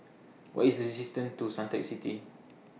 What IS The distance to Suntec City